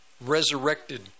resurrected